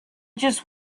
just